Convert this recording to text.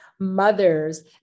mothers